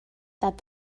that